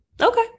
okay